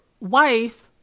wife